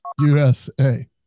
USA